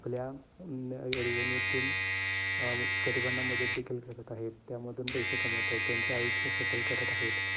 आपल्या रेवेन्यूतून गरिबांना मदत देखील करत आहेत त्यामधून पैसे कमवत आहेत त्यांचे आयुष्य सेटल करत आहेत